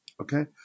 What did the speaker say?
Okay